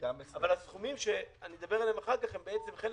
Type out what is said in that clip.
אבל הסכומים שאני אדבר עליהם אחר כך הם חלק,